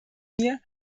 mir